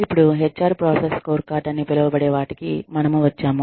ఇప్పుడు H R process scorecard అని పిలవబడే వాటికి మనము వచ్చాము